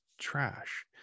trash